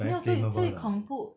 没有最最恐怖